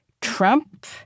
Trump